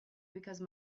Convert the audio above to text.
because